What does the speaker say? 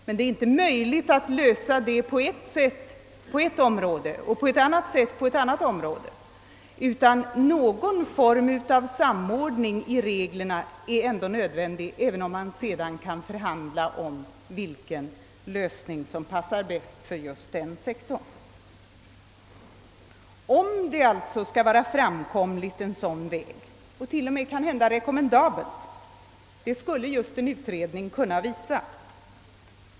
Men det går inte att lösa frågan på ett sätt på ett område och på ett annat sätt på ett annat område, utan någon form av samordning av reglerna är nödvändig, även om man sedan kan förhandla om vilken lösning som passar bäst just för de olika sektorerna. Huruvida en sådan väg skulle vara framkomlig och t.o.m. rekommendabel skulle just en utredning kunna visa.